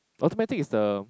automatic is the